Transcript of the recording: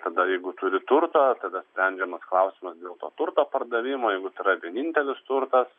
tada jeigu turi turto tada sprendžiamas klausimas dėl to turto pardavimo jeigu tai yra vienintelis turtas